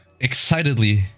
excitedly